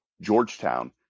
Georgetown